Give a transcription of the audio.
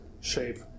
shape